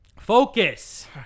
Focus